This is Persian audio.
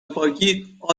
پاکی، اب